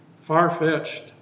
far-fetched